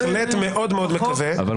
אני בהחלט מאוד מאוד מקווה --- אבל,